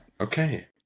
Okay